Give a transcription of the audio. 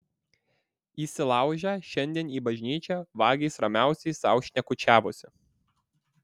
įsilaužę šiandien į bažnyčią vagys ramiausiai sau šnekučiavosi